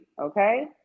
okay